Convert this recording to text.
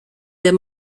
des